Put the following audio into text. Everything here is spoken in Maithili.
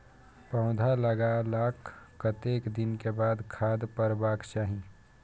पौधा लागलाक कतेक दिन के बाद खाद परबाक चाही?